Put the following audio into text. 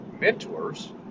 mentors